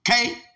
Okay